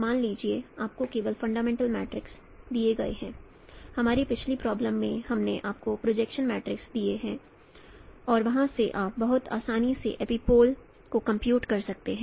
मान लीजिए आपको केवल फंडामेंटल मैट्रिक्स दिए गए हैं हमारी पिछली प्रॉब्लमस में हमने आपको प्रोजेक्शन मैट्रिसेस दिए हैं और वहाँ से आप बहुत आसानी से एपिपोल को कंप्यूट कर सकते हैं